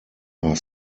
are